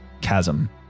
chasm